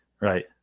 Right